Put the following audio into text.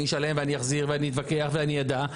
אשלם ואני אחזיר ואני אתווכח ואני אדע,